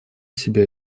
себе